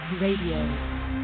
Radio